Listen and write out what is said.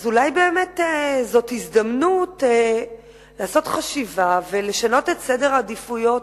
אז אולי באמת זאת הזדמנות לעשות חשיבה ולשנות את סדר העדיפויות